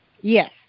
Yes